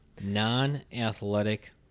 Non-athletic